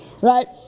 right